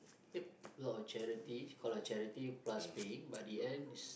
yep a lot of charity called a charity but in the end is